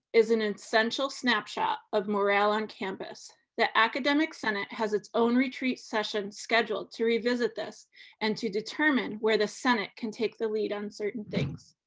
is an essential snapshot of morale on campus. the academic senate has its own retreat session scheduled to revisit this and to determine where the senate can take the lead on certain things.